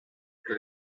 que